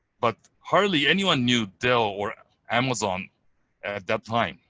but hardly anyone knew dell or amazon at that time,